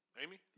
Amy